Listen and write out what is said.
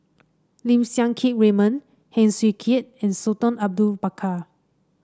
Lim Siang Keat Raymond Heng Swee Keat and Sultan Abu Bakar